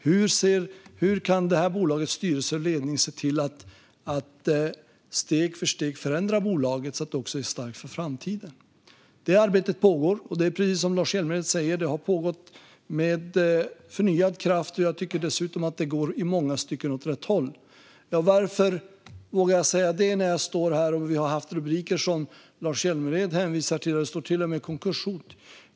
Hur kan detta bolags styrelse och ledning steg för steg förändra bolaget så att det också står starkt i framtiden? Detta arbete pågår, och precis som Lars Hjälmered säger pågår det med förnyad kraft. Jag tycker dessutom att det i många stycken går åt rätt håll. Varför vågar jag säga det när vi har sett de rubriker som Lars Hjälmered hänvisar till och där det till och med står om konkurshot?